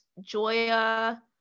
joya